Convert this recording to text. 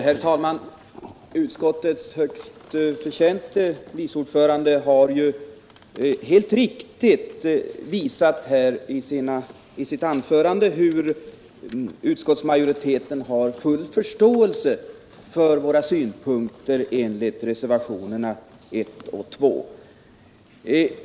Herr talman! Utskottets högt förtjänte vice ordförande har i sitt anförande helt riktigt visat att utskottsmajoriteten har full förståelse för de synpunkter som vi framfört i reservationerna 1 och 2.